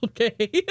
Okay